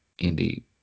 Indeed